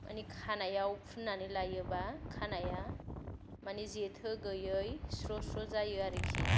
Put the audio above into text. मानि खानायाव फुननानै लायोब्ला मानि खानाया जेथो गैयै स्र' स्र' जायो आरोखि